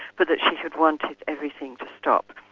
but that she had wanted everything to stop.